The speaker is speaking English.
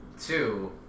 Two